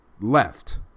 Left